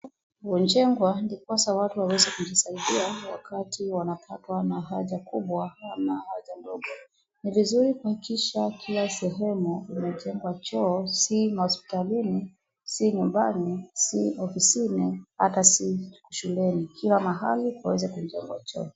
Hujengwa ndiposa watu waweze kujisaidia wakati wanapatwa na haja kubwa ama haja ndogo, ni vizuri kuhakikisha kila sehemu inajengwa choo, si mahospitalini, si nyumbani, si ofisini, hata si shuleni. Kila mahali kuweze kujengwa choo.